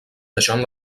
deixant